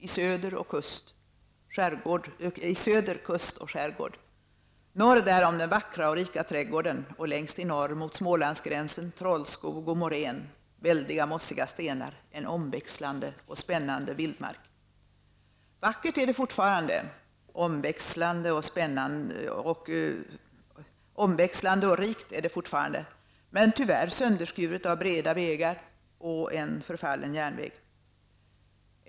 I söder kust och skärgård, norr därom den vackra och rika trädgården och längst i norr, mot Smålandsgränsen, trollskog och morän, väldiga mossiga stenar, en omväxlande och spännande vildmark. Vackert är det fortfarande, omväxlande och rikt är det fortfarande, men tyvärr sönderskuret av breda vägar och en förfallen järnväg.